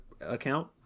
account